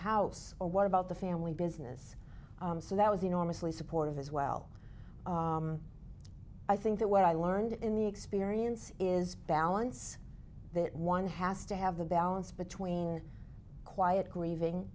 house or what about the family business so that was enormously supportive as well i think that what i learned in the experience is balance that one has to have the balance between quiet grieving